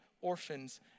orphans